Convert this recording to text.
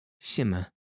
Shimmer